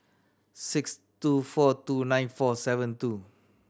six two four two nine four seven two